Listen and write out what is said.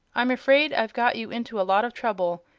i'm afraid i've got you into a lot of trouble,